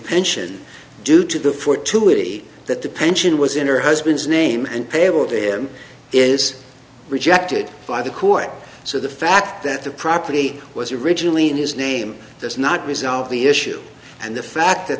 pension due to the fortuity that the pension was in her husband's name and payable to him is rejected by the court so the fact that the property was originally in his name does not resolve the issue and the fact that